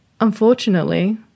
Unfortunately